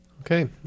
Okay